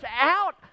out